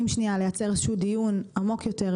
שנייה לייצר איזשהו דיון עמוק יותר,